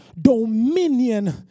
dominion